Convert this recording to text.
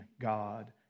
God